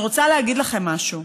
אני רוצה להגיד לכם משהו.